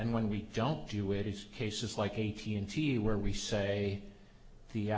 and when we don't do it it's cases like a t n t where we say the